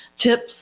tips